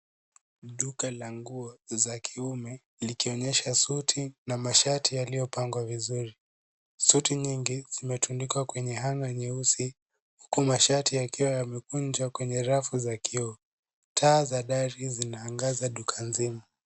Duka la nguo za kiume likionyesha suti na mashati yaliyopangwa vizuri. Suti nyingi zimetundikwa kwenye hanger nyeusi, huku mashati yakiwa yamekunjwa kwenye rafu za kioo. Taa za dari zinaangaza duka mzima.